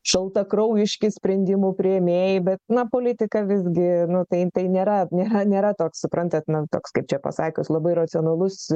šaltakraujiški sprendimų priėmėjai bet na politika visgi tai tai nėra nėra nėra toks suprantat nu toks kaip čia pasakius labai racionalus